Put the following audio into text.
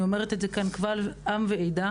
אני אומרת קבל עם ועדה